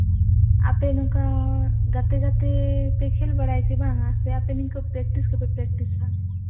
ᱟᱯᱮ ᱱᱚᱝᱠᱟ ᱜᱟᱛᱮ ᱜᱟᱛᱮ ᱯᱮ ᱠᱷᱮᱞ ᱵᱟᱲᱟᱭᱟ ᱥᱮ ᱵᱟᱝᱟ ᱥᱮ ᱟᱯᱮ ᱱᱤᱝᱠᱟᱹ ᱯᱮᱠᱴᱤᱥ ᱜᱮᱯᱮ ᱯᱮᱠᱴᱤᱥᱟ